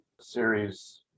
series